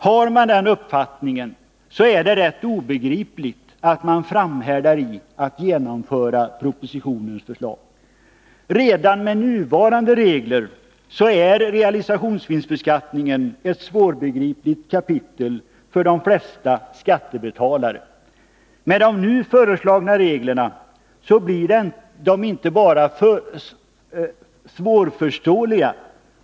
Har man den uppfattningen är det rätt obegripligt att man framhärdar i att genomföra propositionens förslag. Redan med nuvarande regler är realisationsvinstbeskattningen ett svårbegripligt kapitel för de flesta skattebetalare. De nu föreslagna reglerna blir inte bara svårförståeliga.